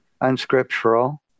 unscriptural